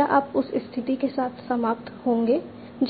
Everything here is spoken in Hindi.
क्या आप उस स्थिति के साथ समाप्त होंगे